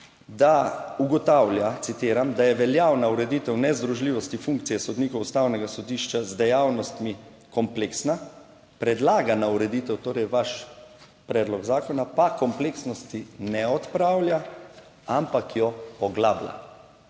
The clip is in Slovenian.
da ugotavlja, citiram: "da je veljavna ureditev nezdružljivosti funkcije sodnikov Ustavnega sodišča z dejavnostmi kompleksna. Predlagana ureditev," torej vaš predlog zakona pa "kompleksnosti ne odpravlja, ampak jo poglablja."